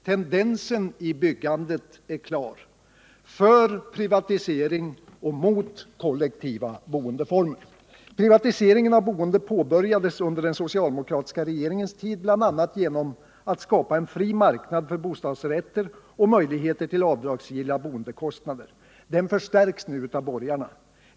Tendensen i byggandet är klar: för privatisering mor kollektiva boendeformer. Privatiseringen av boendet påbörjades under den socialdemokratiska regeringens tid bl.a. genom skapandet av en fri marknad för bostadsrätter och möjligheter till avdragsgilla boendekostnader. Den förstärks nu av borgarna.